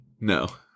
No